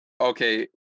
okay